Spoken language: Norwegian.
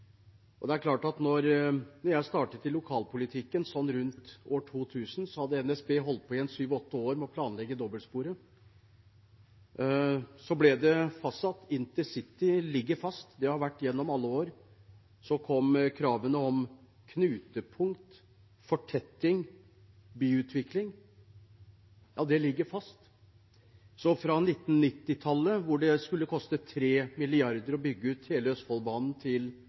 jeg startet i lokalpolitikken, sånn rundt år 2000, hadde NSB holdt på i en syv–åtte år med å planlegge dobbeltsporet. Så ble det fastsatt, intercity ligger fast, det har det gjort gjennom alle år. Så kom kravene om knutepunkt, fortetting, byutvikling. Ja, det ligger fast. Fra 1990-tallet, da det skulle koste 3 mrd. kr å bygge ut hele Østfoldbanen til